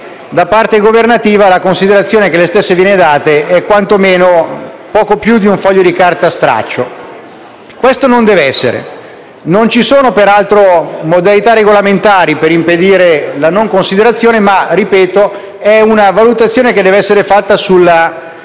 da parte del Governo la considerazione che viene data a questi atti è poco più quella di un foglio di carta straccia. Questo però non deve essere. Non ci sono peraltro modalità regolamentari per impedire la non considerazione, ma - ripeto - è una valutazione che deve essere fatta sulla